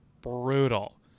brutal